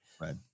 right